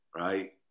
Right